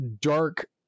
dark